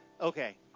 okay